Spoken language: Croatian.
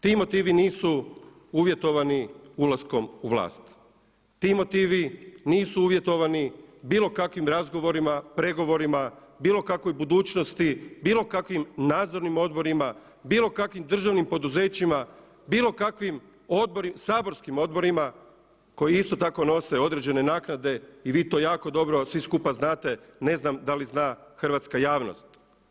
Ti motivi nisu uvjetovani ulaskom u vlast, ti motivi nisu uvjetovani bilo kakvim razgovorima, pregovorima, bilo kakvoj budućnosti, bilo kakvim nadzornim odborima, bilo kakvim državnim poduzećima, bilo kakvim saborskim odborima koji isto tako nose određene naknade i vi to jako dobro svi skupa znate, ne znam da li zna hrvatska javnost.